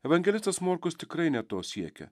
evangelistas morkus tikrai ne to siekia